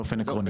באופן עקרוני.